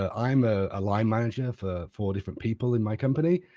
ah i'm ah a line manager for four different people in my company,